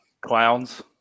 Clowns